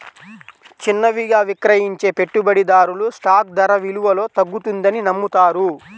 చిన్నవిగా విక్రయించే పెట్టుబడిదారులు స్టాక్ ధర విలువలో తగ్గుతుందని నమ్ముతారు